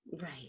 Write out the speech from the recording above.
Right